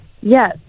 Yes